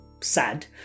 SAD